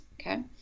okay